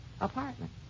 apartment